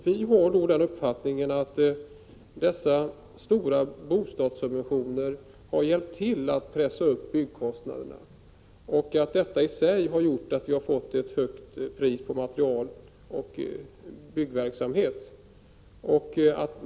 Vi har den uppfattningen att de omfattande bostadssubventionerna bidragit till att pressa upp byggkostnaderna och att detta i sig har gjort att det blivit ett högt pris på material och när det gäller byggverksamhet över huvud taget.